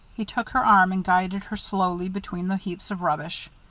he took her arm and guided her slowly between the heaps of rubbish.